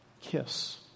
kiss